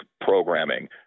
programming